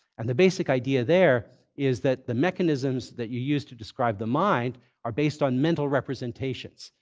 and the basic idea there is that the mechanisms that you use to describe the mind are based on mental representations,